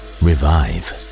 revive